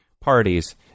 parties